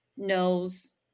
knows